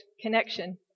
connection